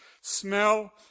smell